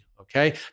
okay